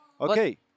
Okay